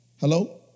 Hello